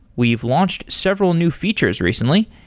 we've launched several new features recently.